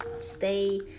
stay